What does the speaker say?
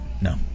No